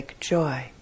joy